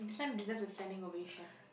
this one deserves a standing ovation